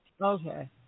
Okay